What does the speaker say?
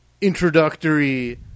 introductory